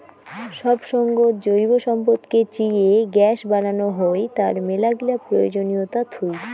সব সঙ্গত জৈব সম্পদকে চিয়ে গ্যাস বানানো হই, তার মেলাগিলা প্রয়োজনীয়তা থুই